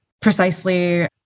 precisely